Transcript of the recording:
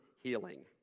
Healing